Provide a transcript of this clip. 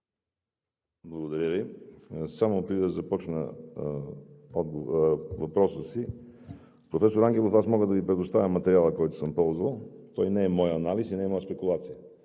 Благодаря Ви. Преди да започна въпроса си, професор Ангелов, аз мога да Ви предоставя материала, който съм ползвал. Това не е мой анализ и не е моя спекулация.